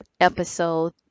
episode